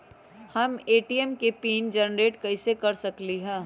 हम ए.टी.एम के pin generate कईसे कर सकली ह?